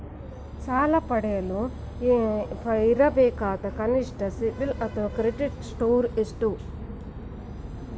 ಸಾಲ ಪಡೆಯಲು ಇರಬೇಕಾದ ಕನಿಷ್ಠ ಸಿಬಿಲ್ ಅಥವಾ ಕ್ರೆಡಿಟ್ ಸ್ಕೋರ್ ಎಷ್ಟು?